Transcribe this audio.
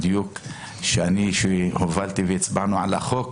אני שהובלתי והצבענו על חוק